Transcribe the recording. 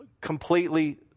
completely